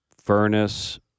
furnace